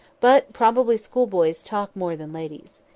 but, probably, schoolboys talk more than ladies.